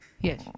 yes